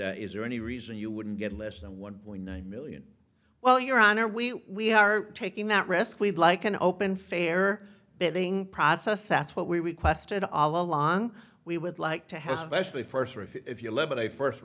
then is there any reason you wouldn't get less than one point nine million well your honor we are taking that risk we'd like an open fair that being process that's what we requested all along we would like to have actually first or if you live